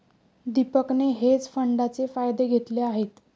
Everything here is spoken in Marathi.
दीपकने हेज फंडाचे फायदे घेतले आहेत